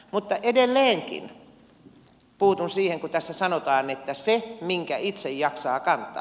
mutta edelleenkin puutun siihen kun tässä sanotaan että se minkä itse jaksaa kantaa